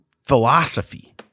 philosophy